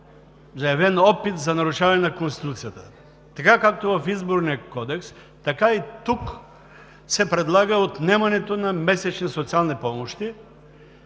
заявен опит за нарушаване на Конституцията. Както в Изборния кодекс, и тук се предлага отнемането на месечни социални помощи.